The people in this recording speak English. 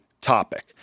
topic